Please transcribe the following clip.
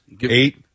eight